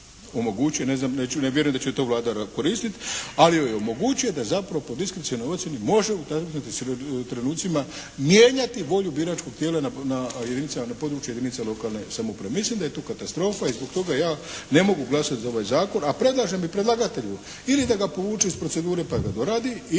ne vjerujem da će to Vlada koristiti ali joj omoguće da zapravo po diskrecionoj ocjeni može …/Govornik se ne razumije./… trenucima mijenjati volju biračkog tijela na području jedinica lokalne samouprave. Mislim da je tu katastrofa i zbog toga ja ne mogu glasati za ovaj zakon a predlažem i predlagatelju ili da ga povuče iz procedure pa ga doradi